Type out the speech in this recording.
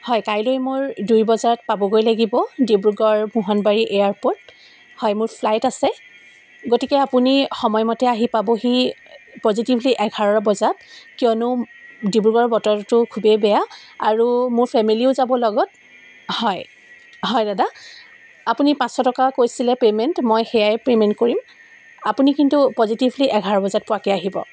হয় কাইলৈ মোৰ দুই বজাত পাবগৈ লাগিব ডিব্ৰুগড় মোহনবাড়ী এয়াৰপৰ্ট হয় মোৰ ফ্লাইট আছে গতিকে আপুনি সময়মতে আহি পাবহি পজিটিভলি এঘাৰ বজাত কিয়নো ডিব্ৰুগড়ৰ বতৰটো খুবেই বেয়া আৰু মোৰ ফেমিলিও যাব লগত হয় হয় দাদা আপুনি পাঁচশ টকা কৈছিলে পে'মেণ্ট মই সেইয়াই পে'মেণ্ট কৰিম আপুনি কিন্তু পজিটিভলি এঘাৰ বজাত পোৱাকৈ আহিব